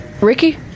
Ricky